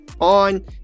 on